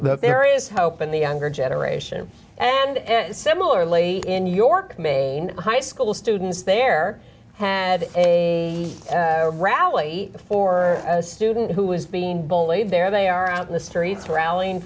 is hope in the younger generation and similarly in new york maine high school students there have a rally for a student who was being bullied there they are out in the streets rallying